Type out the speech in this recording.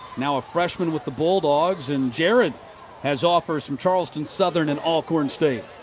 now a freshman with the bulldogs. and jared has offered from charleston southern and alcorn state.